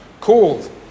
called